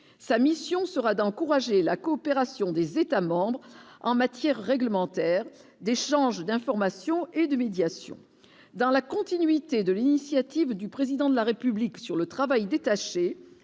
sa mission sera d'encourager la coopération des États-membres en matière réglementaire d'échange d'informations et de médiation dans la continuité de l'initiative du président de la République sur le travail, détaché,